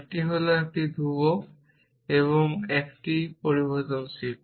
একটি হল একটি ধ্রুবক এবং একটি পরিবর্তনশীল